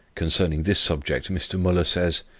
concerning this subject mr. muller says